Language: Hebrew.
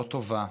לא טובה.